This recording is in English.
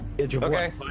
Okay